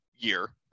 year